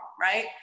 Right